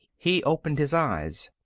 he opened his eyes.